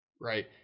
right